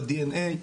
בדנ"א,